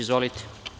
Izvolite.